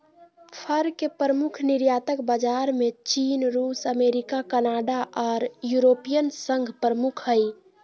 फर के प्रमुख निर्यातक बाजार में चीन, रूस, अमेरिका, कनाडा आर यूरोपियन संघ प्रमुख हई